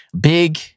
big